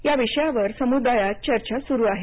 या विषयावर समुदायात चर्चा सुरू आहे